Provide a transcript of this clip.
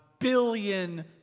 billion